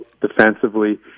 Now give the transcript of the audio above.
defensively